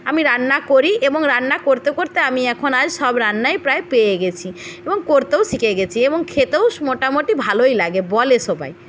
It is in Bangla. আমি রান্না করি এবং রান্না করতে করতে আমি এখন আর সব রান্নাই প্রায় পেরে গেছি এবং করতেও শিখে গেছি এবং খেতেও মোটামুটি ভালোই লাগে বলে সবাই